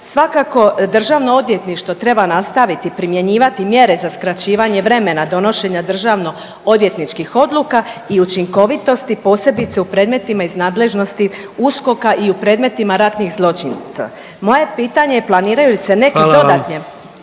Svakako Državno odvjetništvo treba nastaviti primjenjivat mjere za skraćivanje vremena donošenja državno odvjetničkih odluka i učinkovitosti posebice u predmeta iz nadležnosti USKOK-a i u predmetima ratnih zločinaca. Moje pitanje je planiraju li se neke